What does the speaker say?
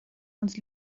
uns